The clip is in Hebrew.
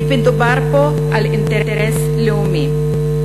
כי מדובר פה על אינטרס לאומי.